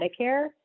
Medicare